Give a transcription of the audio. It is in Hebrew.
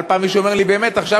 אבל פעם מישהו אמר לי: עכשיו,